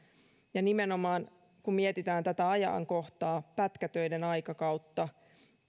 ja nimenomaan kun mietitään tätä ajankohtaa pätkätöiden aikakautta